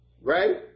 right